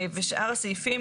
ושאר הסעיפים,